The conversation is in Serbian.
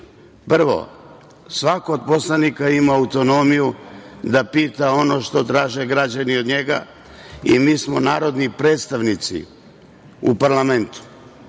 svako od poslanika ima autonomiju da pita ono što traže građani od njega i mi smo narodni predstavnici u parlamentu.